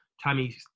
Tammy